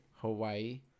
Hawaii